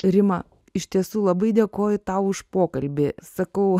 rima iš tiesų labai dėkoju tau už pokalbį sakau